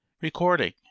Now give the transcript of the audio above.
Recording